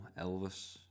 Elvis